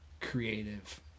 Creative